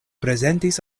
prezentis